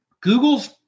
Google's